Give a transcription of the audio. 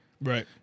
Right